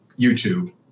YouTube